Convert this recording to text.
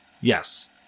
Yes